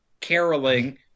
caroling